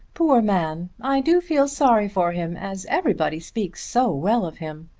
poor man! i do feel sorry for him as everybody speaks so well of him.